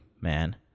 man